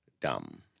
dumb